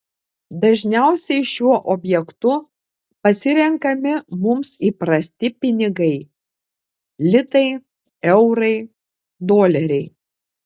dažniausiai šiuo objektu pasirenkami mums įprasti pinigai litai eurai doleriai